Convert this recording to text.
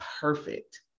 perfect